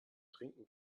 trinken